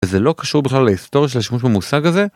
וזה לא קשור בכלל להיסטוריה של השימוש במושג הזה,